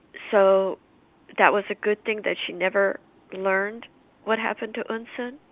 so that was a good thing that she never learned what happened to eunsoon.